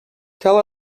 tell